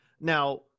now